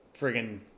friggin